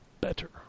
better